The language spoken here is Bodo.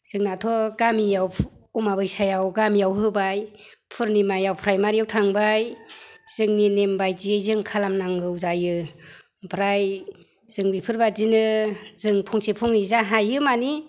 जोंनाथ' गामियाव अमाबस्यायाव गामियाव होबाय फुर्निमायाव प्राइमारियाव थांबाय जोंनि नेम बायदियै जों खालामनांगौ जायो ओमफ्राय जों बेफोरबादिनो जों फंसे फंनै जा हायो माने